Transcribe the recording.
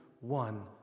one